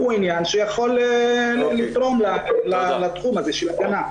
הוא עניין שיכול לתרום לתחום הזה של הגנה.